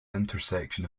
intersection